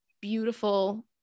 beautiful